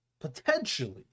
potentially